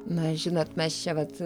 na žinot mes čia vat